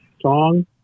song